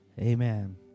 Amen